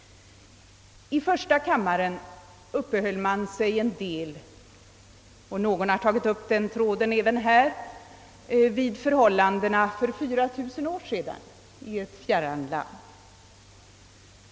I första kammaren uppehöll sig talarna även vid — och någon har tagit upp den tråden även i denna kammare — förhållandena för 4000 år sedan i ett fjärran land.